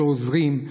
שעוזרים.